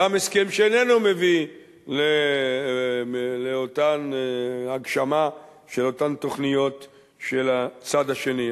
גם הסכם שאיננו מביא לאותה הגשמה של אותן תוכניות של הצד השני.